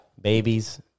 babies